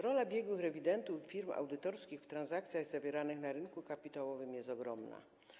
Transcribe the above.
Rola biegłych rewidentów i firm audytorskich w transakcjach zawieranych na rynku kapitałowym jest ogromna.